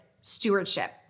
stewardship